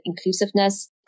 inclusiveness